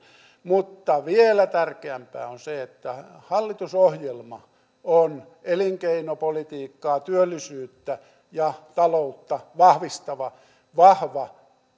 mutta vielä tärkeämpää on se että hallitusohjelma on elinkeinopolitiikkaa työllisyyttä ja taloutta vahvistava vahva